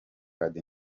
card